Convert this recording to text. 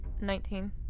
Nineteen